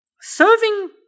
serving